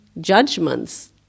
judgments